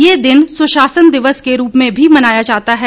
यह दिन सुशासन दिवस के रूप में भी मनाया जाता है